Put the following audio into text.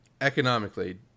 economically